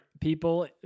people